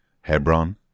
Hebron